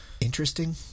interesting